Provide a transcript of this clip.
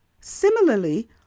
Similarly